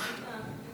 חברי הכנסת, לפני